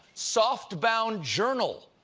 softbound journal,